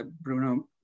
Bruno